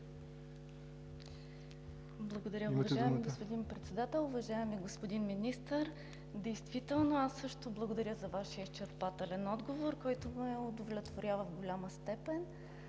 Благодаря, уважаеми господин Председател. Уважаеми господин Министър, аз също благодаря за Вашия изчерпателен отговор, който ме удовлетворява в голяма степен.